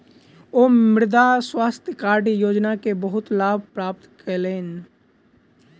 ओ मृदा स्वास्थ्य कार्ड योजना के बहुत लाभ प्राप्त कयलह्नि